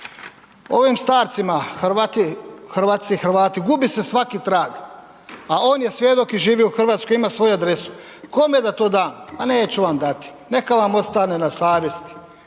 ovim starcima, Hrvatice i Hrvati, gubi se svaki trag, a on je svjedok i živi u Hrvatskoj, ima svoju adresu. Kome da to dam? Ma neću vam dati, neka vam ostane na savjesti.